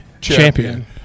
Champion